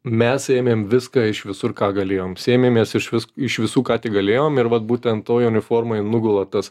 mes ėmėm viską iš visur ką galėjom sėmėmės iš vis iš visų ką tik galėjom ir va būtent toj uniformoj nugula tas